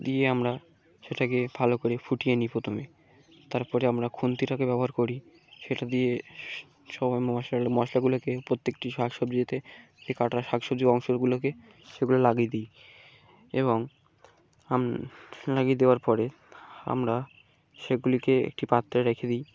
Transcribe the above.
দিয়ে আমরা সেটাকে ভালো করে ফুটিয়ে নিই প্রথমে তারপরে আমরা খুন্তিটাকে ব্যবহার করি সেটা দিয়ে সবাই মশলা মশলাগুলোকে প্রত্যেকটি শাক সবজিতে যে কাটটা শাক সবজি অংশরগুলোকে সেগুলো লাগিয়ে দিই এবং আম লাগিয়ে দেওয়ার পরে আমরা সেগুলিকে একটি পাত্রে রেখে দিই